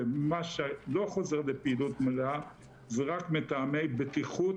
ומה שלא חוזר לפעילות מלאה זה רק מטעמי בטיחות